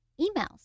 emails